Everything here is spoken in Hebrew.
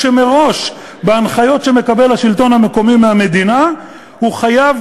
כשמראש בהנחיות שמקבל השלטון המקומי מהמדינה הוא חייב